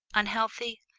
unhealthy?